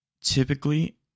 typically